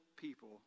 people